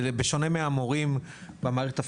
בשונה מהמורים במערכת הפורמלית,